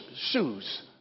shoes